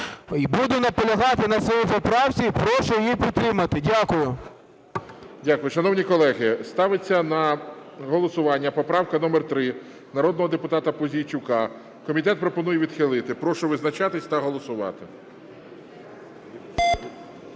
Буду наполягати на своїй поправці. І прошу її підтримати. Дякую. ГОЛОВУЮЧИЙ. Дякую. Шановні колеги, ставиться на голосування поправка номер 3 народного депутата Пузійчука. Комітет пропонує відхилити. Прошу визначатись та голосувати.